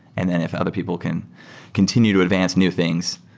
and then if other people can continue to advance new things,